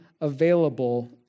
available